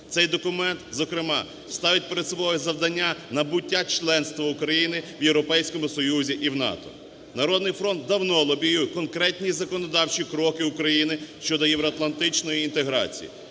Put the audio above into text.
Цей документ зокрема ставить перед собою завдання набуття членства України в Європейському Союзі і в НАТО. "Народний фронт" давно лобіює конкретні законодавчі кроки України щодо євроатлантичної інтеграції.